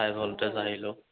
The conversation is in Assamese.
হাই ভল্টেজ আহিলেও